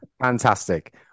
fantastic